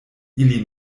ili